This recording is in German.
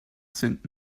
sind